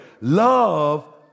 love